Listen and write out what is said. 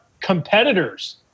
competitors